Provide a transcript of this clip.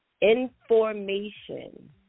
information